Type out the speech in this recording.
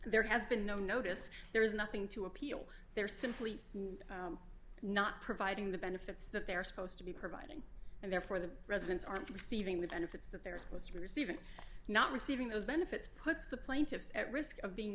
there has been no notice there is nothing to appeal they are simply not providing the benefits that they are supposed to be providing and therefore the residents aren't receiving the benefits that they're supposed to be receiving not receiving those benefits puts the plaintiffs at risk of being